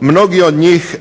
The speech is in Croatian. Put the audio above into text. Mnogi od njih